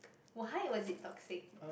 why was it toxic